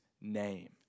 name